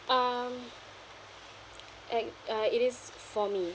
um and uh it is for me